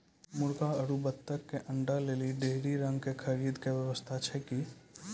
मुर्गी आरु बत्तक के अंडा के लेली डेयरी रंग के खरीद के व्यवस्था छै कि?